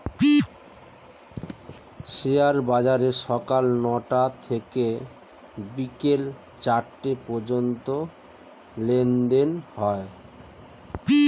share বাজারে সকাল নয়টা থেকে বিকেল চারটে পর্যন্ত লেনদেন হয়